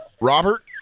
Robert